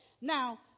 Now